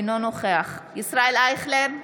אינו נוכח ישראל אייכלר,